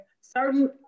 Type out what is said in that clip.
certain